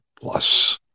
plus